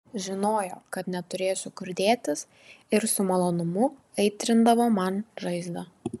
žinojo kad neturėsiu kur dėtis ir su malonumu aitrindavo man žaizdą